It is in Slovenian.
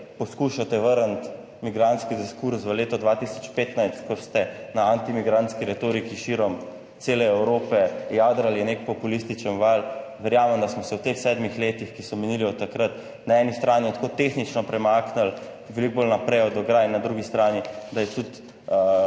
poskušate vrniti migrantski diskurz v leto 2015, ko ste na antimigrantski retoriki širom cele Evrope jadrali nek populističen val, verjamem, da smo se v teh sedmih letih, ki so minili od takrat, na eni strani tako tehnično premaknili veliko bolj naprej od ograj, na drugi strani, da je tudi,